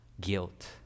guilt